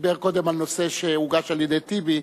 שדיבר קודם על נושא שהוגש על-ידי טיבי,